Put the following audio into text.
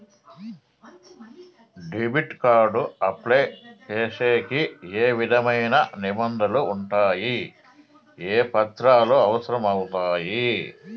Debit card apply సేసేకి ఏ విధమైన నిబంధనలు ఉండాయి? ఏ పత్రాలు అవసరం అవుతాయి?